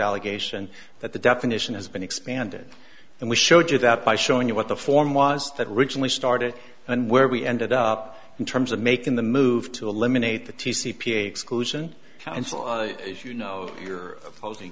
allegation that the definition has been expanded and we showed you that by showing you what the form was that regionally started and where we ended up in terms of making the move to eliminate the t c p exclusion and as you know you're closing